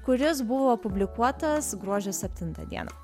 kuris buvo publikuotas gruodžio septintą dieną